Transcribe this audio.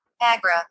Agra